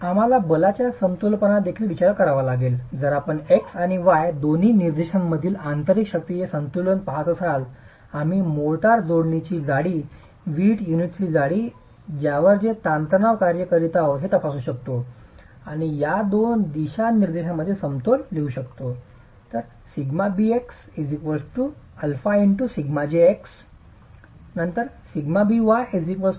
आम्हाला बलाच्या समतोलपणाचा देखील विचार करावा लागेल तर जर आपण x आणि y दोन्ही दिशानिर्देशांमधील आंतरिक शक्तींचे संतुलन पाहत असाल तर आम्ही मोर्टारच्या जोडणीची जाडी वीटच्या युनिटची जाडी ज्यावर हे ताणतणाव कार्य करत आहेत हे तपासू शकतो आणि या दोन दिशानिर्देशांमध्ये समतोल लिहू शकतो